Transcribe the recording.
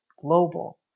global